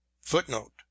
footnote